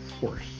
force